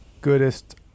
goodest